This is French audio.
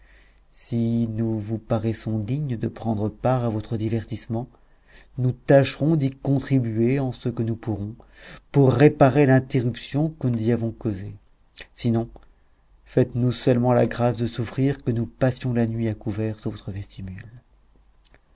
si nous vous paraissons dignes de prendre part à votre divertissement nous tâcherons d'y contribuer en ce que nous pourrons pour réparer l'interruption que nous y avons causée sinon faites-nous seulement la grâce de souffrir que nous passions la nuit à couvert sous votre vestibule